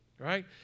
right